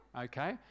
okay